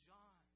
John